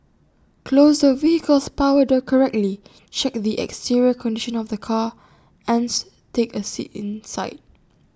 close the vehicle's power door correctly check the exterior condition of the car ans take A seat inside